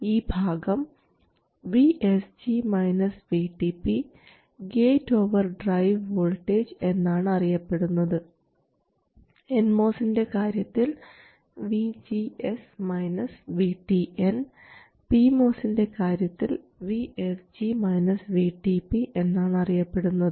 ഈ ഭാഗം gate overdrive voltage എന്നാണ് അറിയപ്പെടുന്നത് എൻ മോസിൻറെ കാര്യത്തിൽ VGS VTN പി മോസിൻറെ കാര്യത്തിൽ VSG VTP എന്നാണ് അറിയപ്പെടുന്നത്